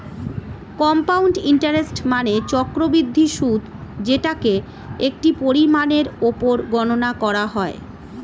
compound interest মানে চক্রবৃদ্ধি সুদ যেটাকে একটি পরিমাণের উপর গণনা করা হয়